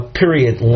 period